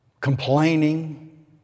Complaining